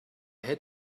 had